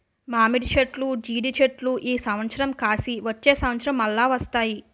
మామిడి చెట్లు జీడి చెట్లు ఈ సంవత్సరం కాసి వచ్చే సంవత్సరం మల్ల వస్తాయి